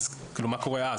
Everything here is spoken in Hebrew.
ומה קורה אז?